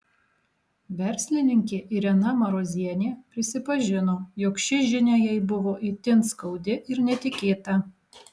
verslininkė irena marozienė prisipažino jog ši žinia jai buvo itin skaudi ir netikėta